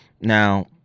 Now